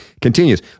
Continues